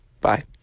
Bye